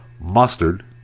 mustard